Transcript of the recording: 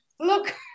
Look